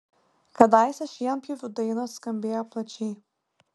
kadaise šienpjovių dainos skambėjo plačiai